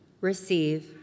receive